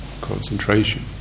concentration